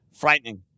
Frightening